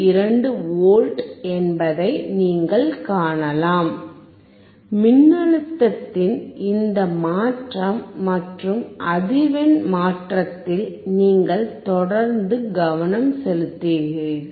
52 volt என்பதை நீங்கள் காணலாம் மின்னழுத்தத்தின் இந்த மாற்றம் மற்றும் அதிர்வெண் மாற்றத்தில் நீங்கள் தொடர்ந்து கவனம் செலுத்துகிறீர்கள்